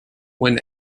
when